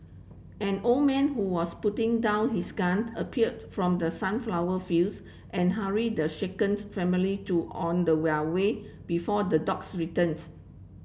an old man who was putting down his gun appeared from the sunflower fields and hurried the shaken family to on the where way before the dogs returns